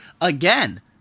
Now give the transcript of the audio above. again